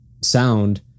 sound